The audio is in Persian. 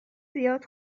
زیاد